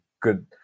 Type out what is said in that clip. good